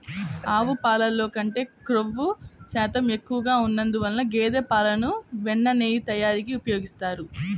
ఆవు పాలల్లో కంటే క్రొవ్వు శాతం ఎక్కువగా ఉన్నందువల్ల గేదె పాలను వెన్న, నెయ్యి తయారీకి ఉపయోగిస్తారు